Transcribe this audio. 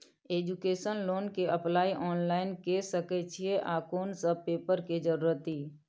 Education loan के apply online के सके छिए आ कोन सब पेपर के जरूरत इ?